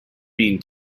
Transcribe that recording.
mean